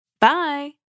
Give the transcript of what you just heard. Bye